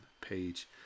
page